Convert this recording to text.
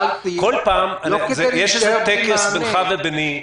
יש איזה טקס בינך וביני.